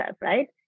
right